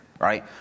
right